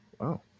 Wow